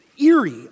eerie